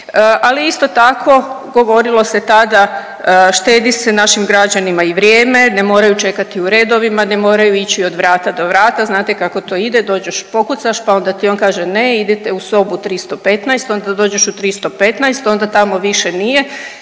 ali isto tako govorilo se tada štedi se našim građanima i vrijeme, ne moraju čekati u redovima, ne moraju ići od vrata do vrata, znate kako to ide, dođeš i pokucaš, pa onda ti on kaže ne idite u sobu 315, onda dođeš u 315, onda tamo više nije